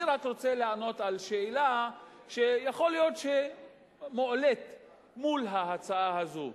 אני רק רוצה לענות על שאלה שיכול להיות שמועלית מול ההצעה הזאת,